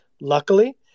luckily